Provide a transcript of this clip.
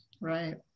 Right